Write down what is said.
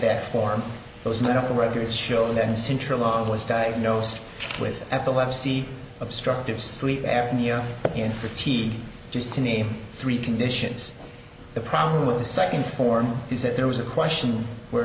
that form those medical records show that this interim of was diagnosed with epilepsy obstructive sleep apnea in for tea just to name three conditions the problem with the second form is that there was a question where